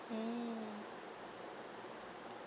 mm